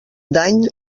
dany